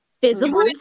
physical